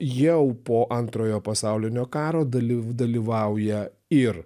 jau po antrojo pasaulinio karo dalyv dalyvauja ir